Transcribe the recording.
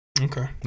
Okay